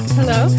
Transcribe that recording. Hello